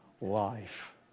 life